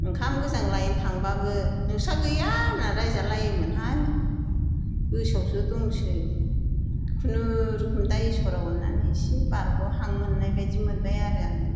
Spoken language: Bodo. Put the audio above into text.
ओंखाम गोजां लायनो थांब्लाबो नोंस्रा गैया होननान रायजालायोमोनहाय गोसोआवसो दंसै खुनुरुखुम दा इसोरा अननानै एसे बारगहां मोननाय बादि मोनबाय आरो आङो